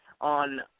on